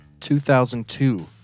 2002